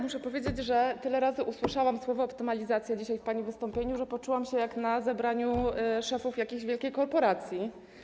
Muszę powiedzieć, że tyle razy usłyszałam słowo „optymalizacja” dzisiaj w pani wystąpieniu, że poczułam się jak na zebraniu szefów jakiejś wielkiej korporacji.